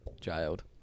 jailed